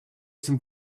some